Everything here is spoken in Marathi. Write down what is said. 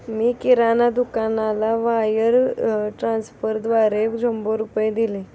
मी किराणा दुकानदाराला वायर ट्रान्स्फरद्वारा शंभर रुपये दिले